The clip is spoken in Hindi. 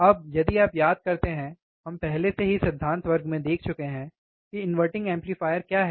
अब यदि आप याद करते हैं हम पहले से ही सिद्धांत वर्ग में देख चुके हैं कि इन्वर्टिंग एम्पलीफायर क्या है